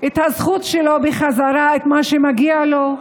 את הזכויות שלו בחזרה, את מה שמגיע לו,